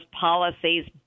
policies